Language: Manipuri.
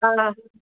ꯑꯥ